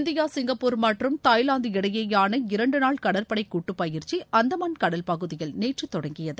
India Singapore மற்றும் Thailand இடையேயாள இரண்டு நாள் கடற்படை கூட்டுப்பயிற்சி அந்தமான் கடல்பகுதியில் நேற்று தொடங்கியது